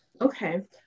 Okay